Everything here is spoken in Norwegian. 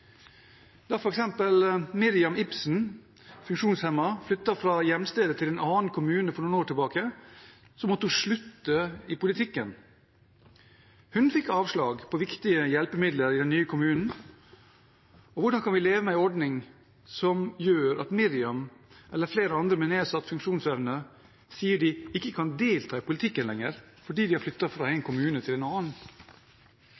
Da f.eks. Miriam Ibsen, funksjonshemmet, flyttet fra hjemstedet til en annen kommune for noen år tilbake, måtte hun slutte i politikken. Hun fikk avslag på viktige hjelpemidler i den nye kommunen. Hvordan kan vi leve med en ordning som gjør at Miriam, eller flere andre med nedsatt funksjonsevne, sier de ikke kan delta i politikken lenger, fordi de har flyttet fra en